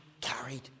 carried